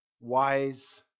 wise